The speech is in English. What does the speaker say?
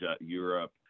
Europe